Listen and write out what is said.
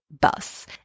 bus